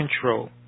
control